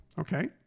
okay